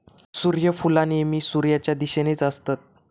सुर्यफुला नेहमी सुर्याच्या दिशेनेच असतत